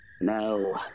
No